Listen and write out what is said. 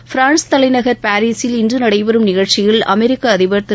France தலைநகர் பாரீசில் இன்று நடைபெறும் நிகழ்ச்சியில் அமெரிக்க அதிபர் திரு